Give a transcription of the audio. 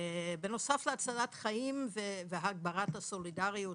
בנוסף להצלת חיים והגברת הסולידריות